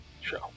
show